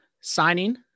signing